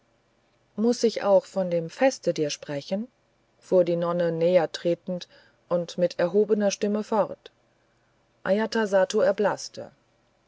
muß ich auch von dem feste dir sprechen fuhr die nonne näher tretend und mit erhobener stimme fort ajatasattu erblaßte